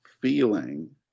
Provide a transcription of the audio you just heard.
feeling